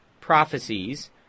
prophecies